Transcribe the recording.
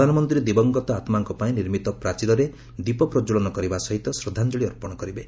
ପ୍ରଧାନମନ୍ତ୍ରୀ ଦିବଂଗତ ଆତ୍ମାଙ୍କ ପାଇଁ ନିର୍ମିତ ପ୍ରାଚୀରରେ ଦୀପ ପ୍ରଜ୍ଜଳନ କରିବା ସହିତ ଶ୍ରଦ୍ଧାଞ୍ଜଳି ଅର୍ପଣ କରିବେ